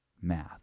math